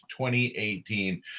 2018